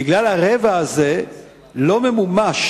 בגלל הרבע הזה לא ממומש